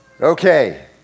Okay